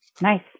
nice